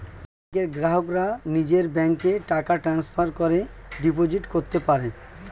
ব্যাংকের গ্রাহকরা নিজের ব্যাংকে টাকা ট্রান্সফার করে ডিপোজিট করতে পারে